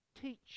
teach